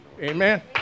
Amen